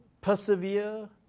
persevere